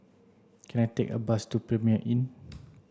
can I take a bus to Premier Inn